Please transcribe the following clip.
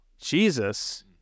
Jesus